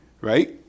right